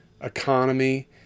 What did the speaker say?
economy